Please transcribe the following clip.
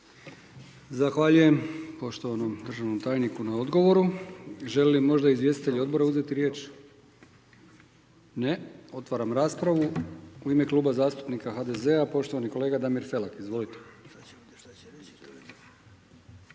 Zahvaljujem državnom tajniku na odgovoru. Žele li možda izvjestitelji odbora uzeti riječ? Ne. Otvaram raspravu. U ime Kluba zastupnika Mosta nezavisnih lista